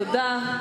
תודה.